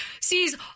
sees